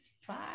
five